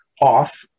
off